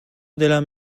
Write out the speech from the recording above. دلم